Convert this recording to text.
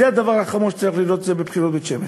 זה הדבר החמור שצריך לראות בבחירות בית-שמש.